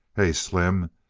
hey, slim,